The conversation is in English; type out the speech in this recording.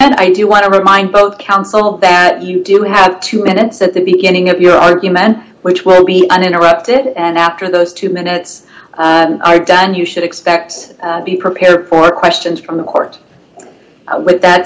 and i do want to remind both counsel that you do have two minutes at the beginning of your argument which will be uninterrupted and after those two minutes i done you should expect be prepared for questions from the court with that